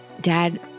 Dad